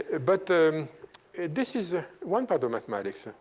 but um this is ah one part of mathematics.